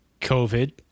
covid